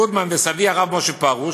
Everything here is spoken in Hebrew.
גודמן וסבי הרב משה פרוש,